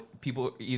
people